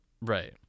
Right